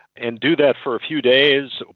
and do that for a few days,